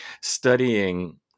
studying